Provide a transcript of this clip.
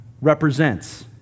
represents